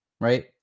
right